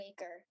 Waker